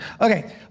Okay